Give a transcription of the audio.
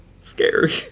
scary